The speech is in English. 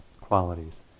qualities